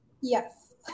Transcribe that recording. Yes